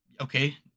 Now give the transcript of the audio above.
Okay